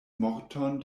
morton